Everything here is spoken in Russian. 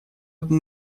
одно